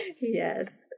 Yes